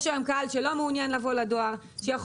יש היום קהל שלא מעוניין לבוא לדואר,